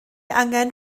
angen